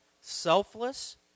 selfless